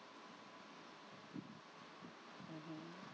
mmhmm